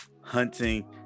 hunting